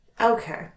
Okay